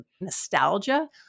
nostalgia